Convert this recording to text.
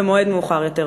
במועד מאוחר יותר.